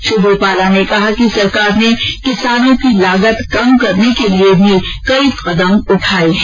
श्री रूपाला ने कहा कि सरकार ने किसानों की लागत कम करने के लिए भी कई कदम उठाए है